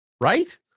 right